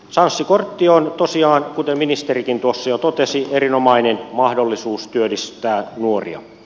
sanssi kortti on tosiaan kuten ministerikin tuossa jo totesi erinomainen mahdollisuus työllistää nuoria